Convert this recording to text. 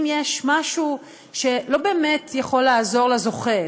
אם יש משהו שלא באמת יכול לעזור לזוכה,